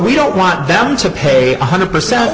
we don't want them to pay one hundred percent